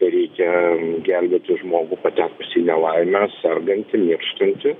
reikia gelbėti žmogų patekusį į nelaimę sergantį mirštantį